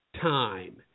time